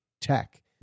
tech